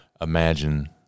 imagine